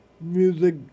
music